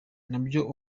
nabyo